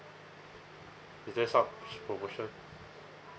is there some promotion